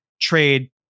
trade